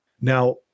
Now